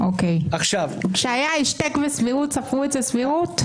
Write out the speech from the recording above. כשהיה השתק וסבירות, ספרו את הסבירות?